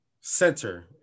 center